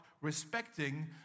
respecting